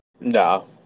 No